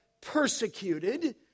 persecuted